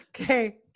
Okay